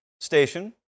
Station